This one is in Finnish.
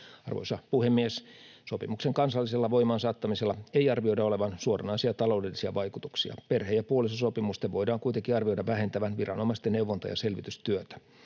Arvoisa puhemies! Sopimuksen kansallisella voimaansaattamisella ei arvioida olevan suoranaisia taloudellisia vaikutuksia. Perhe- ja puolisosopimusten voidaan kuitenkin arvioida vähentävän viranomaisten neuvonta- ja selvitystyötä.